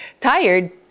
tired